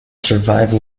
survive